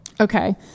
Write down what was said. okay